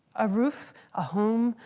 a roof, a home,